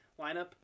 lineup